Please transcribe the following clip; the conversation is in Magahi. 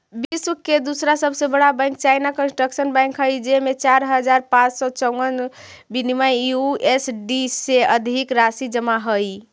विश्व के दूसरा सबसे बड़ा बैंक चाइना कंस्ट्रक्शन बैंक हइ जेमें चार हज़ार पाँच सौ चउवन बिलियन यू.एस.डी से अधिक राशि जमा हइ